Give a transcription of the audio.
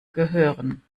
gehören